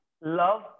love